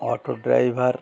auto driver